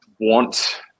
want